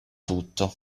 tutto